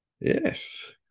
yes